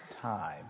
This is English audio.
time